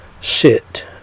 sit